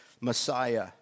Messiah